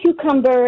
cucumber